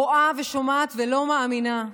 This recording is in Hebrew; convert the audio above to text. רואה ושומעת ולא מאמינה,